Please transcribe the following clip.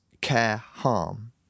care-harm